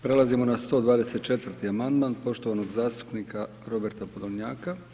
Prelazimo na 124. amandman poštovanog zastupnika Roberta Podolnjaka.